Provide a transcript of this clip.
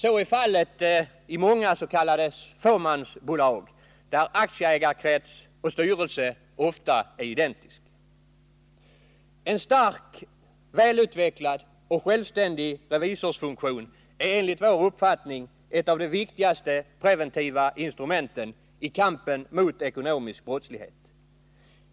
Så är fallet i många s.k. fåmansbolag, där aktieägarkrets och styrelse ofta är identiska. En stark, välutvecklad och självständig revisorsfunktion är enligt vår uppfattning ett av de viktigaste preventiva instrumenten i kampen mot ekonomisk brottslighet.